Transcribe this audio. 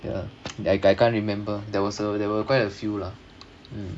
ya I I can't remember there was uh there were quite a few lah